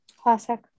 classic